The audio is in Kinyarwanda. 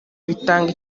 bitanga